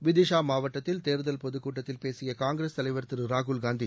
விதிஷா மாவட்டத்தில் தேர்தல் பொதுக்கூட்டத்தில் பேசிய காங்கிரஸ் தலைவர் திரு ராகுல் காந்தி